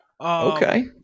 Okay